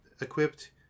equipped